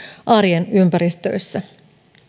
arjen ympäristöissä